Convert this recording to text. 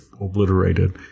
obliterated